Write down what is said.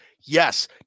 Yes